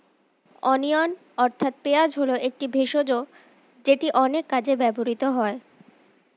onion অর্থাৎ পেঁয়াজ হল একটি ভেষজ যেটি অনেক কাজে ব্যবহৃত হয়